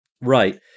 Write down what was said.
Right